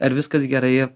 ar viskas gerai